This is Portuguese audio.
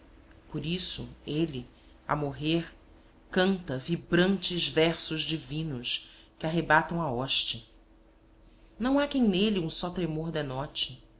por isso ele a morrer canta vibrantes versos divinos que arrebatam a hoste não há quem nele um só tremor denote